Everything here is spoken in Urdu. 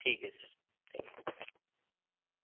ٹھیک ہے سر تھینک یو